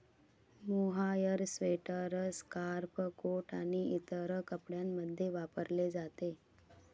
mohair sweater, scarf, coat आणि इतर कपड्यांमध्ये वापरले जाते